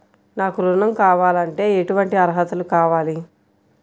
నాకు ఋణం కావాలంటే ఏటువంటి అర్హతలు కావాలి?